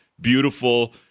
beautiful